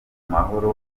mahoro